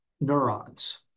neurons